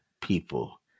people